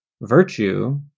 virtue